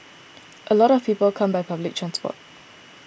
a lot of people come by public transport